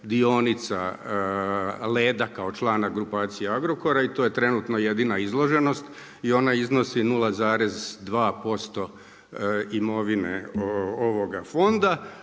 dionica Leda kao člana grupacije Agrokora i to je trenutno jedina izloženost i ona iznosi 0,2% imovine ovoga fonda.